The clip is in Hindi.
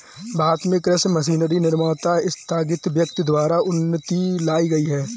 भारत में कृषि मशीनरी निर्माता स्थगित व्यक्ति द्वारा उन्नति लाई गई है